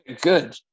Good